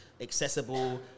accessible